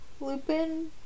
Lupin